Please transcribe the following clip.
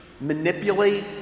manipulate